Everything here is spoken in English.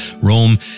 Rome